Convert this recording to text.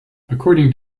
according